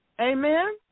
Amen